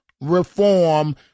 reform